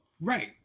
right